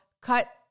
cut